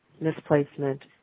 misplacement